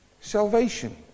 Salvation